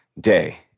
day